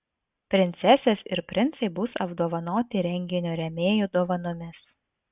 princesės ir princai bus apdovanoti renginio rėmėjų dovanomis